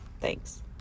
Thanks